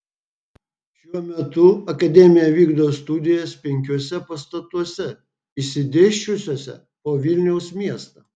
šiuo metu akademija vykdo studijas penkiuose pastatuose išsidėsčiusiuose po vilniaus miestą